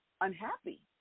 unhappy